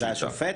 והשופט?